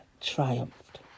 triumphed